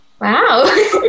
Wow